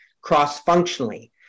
cross-functionally